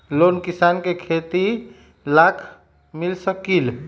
Loan किसान के खेती लाख मिल सकील?